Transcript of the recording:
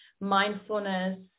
mindfulness